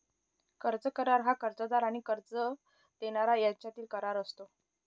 कर्ज करार हा कर्जदार आणि कर्ज देणारा यांच्यातील करार असतो